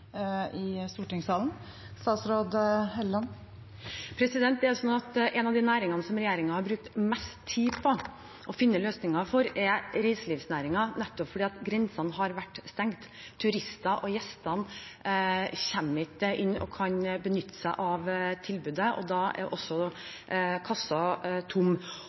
i stortingssalen. En av de næringene regjeringen har brukt mest tid på å finne løsninger for, er reiselivsnæringen – nettopp fordi grensene har vært stengt. Turistene og gjestene kommer ikke inn og kan benytte seg av tilbudet, og da er også kassen tom.